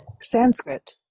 sanskrit